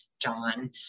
John